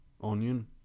Onion